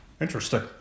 Interesting